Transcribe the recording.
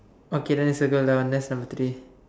okay then you circle that one that's number three